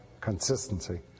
consistency